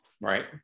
Right